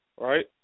Right